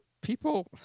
people